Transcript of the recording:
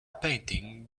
painting